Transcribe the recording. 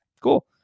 cool